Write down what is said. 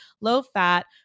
low-fat